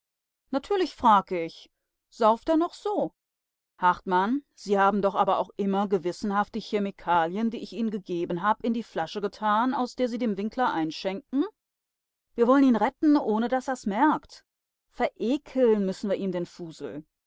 natürlich frag ich sauft er noch so hartmann sie haben doch aber auch immer gewissenhaft die chemikalien die ich ihnen gegeben hab in die flasche getan aus der sie dem winkler einschenken wir woll'n ihn retten ohne daß er's merkt verekeln müssen wir ihm den fusel